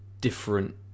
different